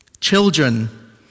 Children